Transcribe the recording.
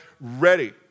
ready